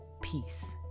peace